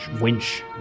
winch